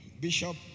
Bishop